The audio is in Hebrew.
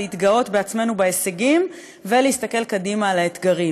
להתגאות בעצמנו בהישגים ולהסתכל קדימה על האתגרים.